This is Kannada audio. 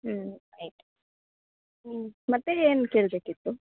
ಹ್ಞೂ ಆಯಿತು ಹ್ಞೂ ಮತ್ತು ಏನ್ ಕೇಳಬೇಕಿತ್ತು